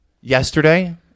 Yesterday